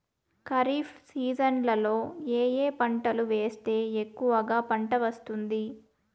ఖరీఫ్ సీజన్లలో ఏ ఏ పంటలు వేస్తే ఎక్కువగా పంట వస్తుంది?